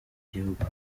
gihugu